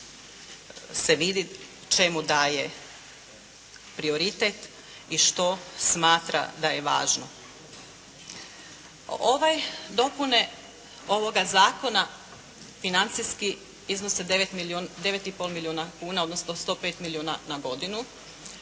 se vidi čemu daje prioritet i što smatra da je važno. Ovaj, dopune ovoga Zakona financijski iznose 9,5 milijuna kuna odnosno 105 milijuna na godinu.